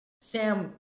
Sam